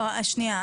לא, שנייה.